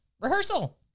rehearsal